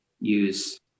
use